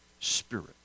Spirit